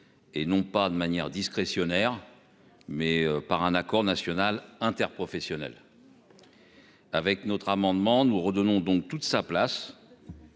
et non pas de manière discrétionnaire mais par un accord national interprofessionnel. La. Avec notre amendement nous redonnons donc toute sa place.